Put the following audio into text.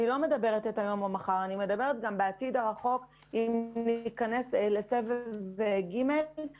אני מתכוונת גם לעתיד הרחוק ועל סבבים עתידיים אם יהיו.